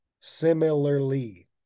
similarly